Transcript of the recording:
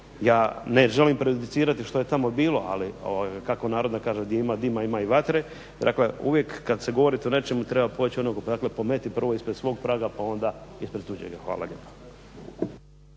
Ja ne želim prejudicirati što je tamo bilo ali kako narodna kaže gdje ima dima ima i vatre. Dakle, uvijek kada se govori o nečemu treba poći od onog dakle pometi prvo ispred svog praga pa onda ispred tuđega. Hvala lijepa.